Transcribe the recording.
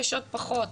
קשות פחות,